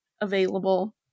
available